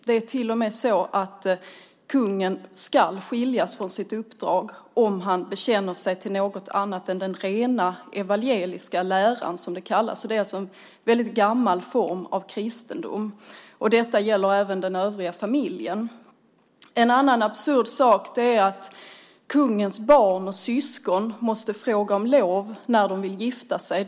Det är till och med så att kungen skall skiljas från sitt uppdrag om han bekänner sig till något annat än den rena evangeliska läran, som den kallas - det är alltså en väldigt gammal form av kristendom - och detta gäller även den övriga familjen. En annan absurd sak är att kungens barn och syskon måste fråga om lov när de vill gifta sig.